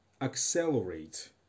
accelerate